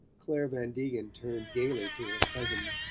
clare van degen turned gaily to her cousin.